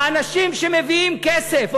האנשים שמביאים כסף,